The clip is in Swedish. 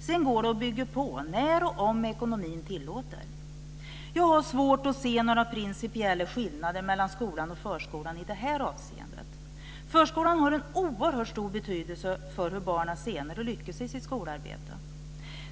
Sen går det att bygga på när och om ekonomin tillåter. Jag har svårt att se några principiella skillnader mellan skolan och förskolan i det här avseendet. Förskolan har en oerhört stor betydelse för hur barnen senare lyckas i sitt skolarbete.